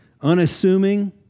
unassuming